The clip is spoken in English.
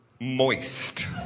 moist